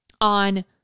on